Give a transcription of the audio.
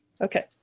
Okay